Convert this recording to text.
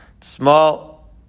Small